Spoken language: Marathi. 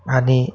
आणि